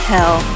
Hell